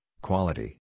quality